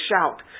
shout